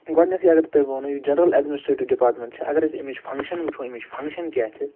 گۄڈنٮ۪تھٕے اگر بہٕ تۄہہِ ونہو یُس جنٛرل ایڈمِنسٹریٹیٛوٗ ڈِپارمٮ۪نٛٹ چھُ اگر أسۍ اَمِچ فنٛگشن وُچھو اَمِچ فنٛگشن کیٛاہ چھِ